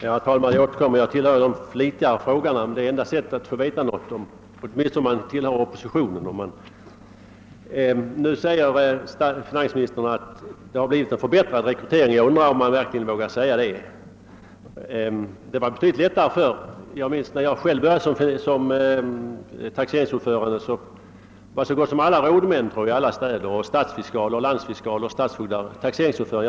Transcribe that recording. Herr talman! Jag återkommer; jag tillhör ju de flitigare frågarna, men om man tillhör oppositionen är det enda sättet att få veta något. Finansministern säger nu att det har blivit en förbättrad rekrytering. Jag undrar om man verkligen kan säga det. Det var betydligt lättare förr. När jag själv började som taxeringsnämndsordförande, minns jag att så gott som alla rådmän, stadsfiskaler, landsfiskaler och stadsfogdar tjänstgjorde som sådana.